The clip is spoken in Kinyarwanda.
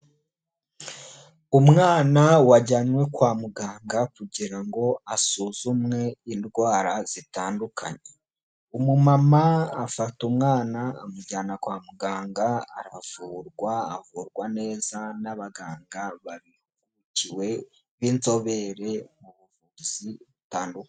Umwana wajyanywe kwa muganga kugira ngo asuzumwe indwara zitandukanye, umumama afata umwana amujyana kwa muganga aravurwa avurwa neza n'abaganga babiri b'inzobere mu buvuzi butandukanye.